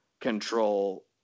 control